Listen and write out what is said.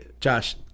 Josh